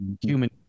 human